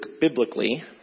biblically